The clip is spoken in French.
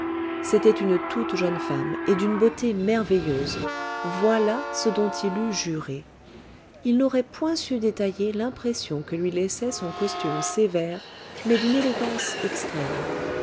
c'était une toute jeune femme et d'une beauté merveilleuse voilà ce dont il eût juré il n'aurait point su détailler l'impression que lui laissait son costume sévère mais d'une élégance extrême